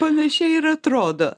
panašiai ir atrodo